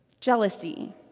jealousy